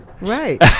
right